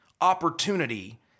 opportunity